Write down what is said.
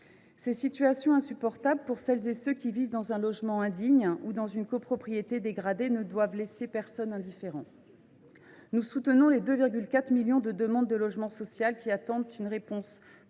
Ces situations insupportables pour celles et pour ceux qui vivent dans un logement indigne ou dans une copropriété dégradée ne doivent laisser personne indifférent. Pour notre part, nous soutenons les 2,4 millions de demandeurs d’un logement social qui attendent une réponse positive.